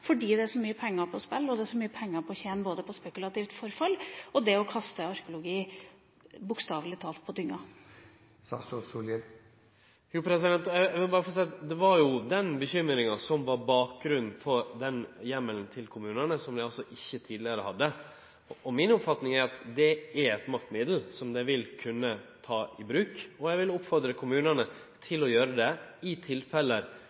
fordi det er så mye penger som står på spill, og det er så mye penger å tjene på både spekulativt forfall og det å kaste arkeologi på dynga – bokstavelig talt. Eg vil berre få seie at det var jo den bekymringa som var bakgrunnen for den heimelen til kommunane som vi tidlegare ikkje hadde. Mi oppfatning er at det er eit maktmiddel som dei vil kunne ta i bruk. Eg vil oppfordre kommunane til å gjere det i